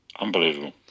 Unbelievable